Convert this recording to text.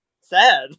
sad